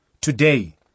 Today